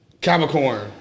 Capricorn